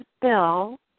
Bill